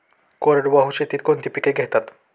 कोरडवाहू शेतीत कोणती पिके घेतात?